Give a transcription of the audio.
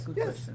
yes